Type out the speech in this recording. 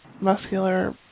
muscular